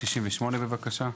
98, בבקשה.